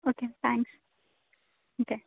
okay thanks okay